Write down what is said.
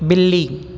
बिल्ली